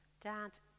Dad